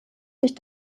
sich